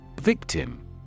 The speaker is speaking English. Victim